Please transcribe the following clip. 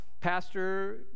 pastor